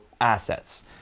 assets